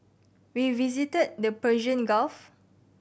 we visited the Persian Gulf